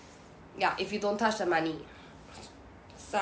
ya if you don't touch the money so~